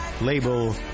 label